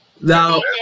Now